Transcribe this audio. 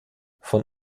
von